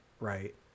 right